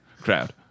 crowd